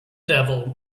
devil